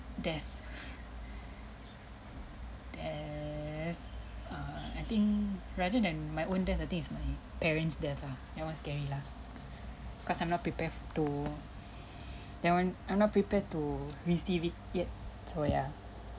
death death (err)I think rather than my own death I think it's my parent's death ah that one scary lah cause I'm not prepared to that one I'm not prepared to receive it yet so ya